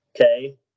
okay